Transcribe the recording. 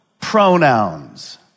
pronouns